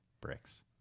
bricks